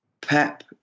Pep